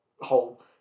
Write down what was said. whole